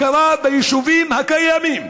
הכרה ביישובים הקיימים.